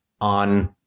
on